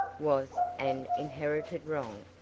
was an inherited wrong,